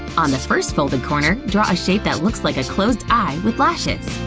on the first folded corner, draw a shape that looks like a closed eye with lashes.